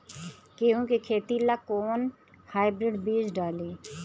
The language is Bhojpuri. गेहूं के खेती ला कोवन हाइब्रिड बीज डाली?